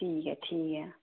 ठीक ऐ ठीक ऐ